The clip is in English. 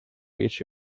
reach